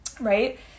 right